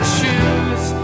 choose